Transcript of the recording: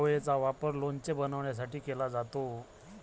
आवळेचा वापर लोणचे बनवण्यासाठी केला जातो